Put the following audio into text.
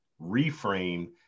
reframe